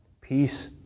Peace